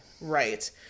Right